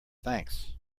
thanks